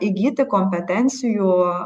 įgyti kompetencijų